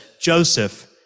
Joseph